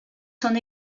son